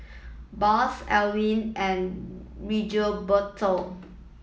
Boss Alwine and Rigoberto